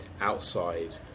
outside